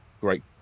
great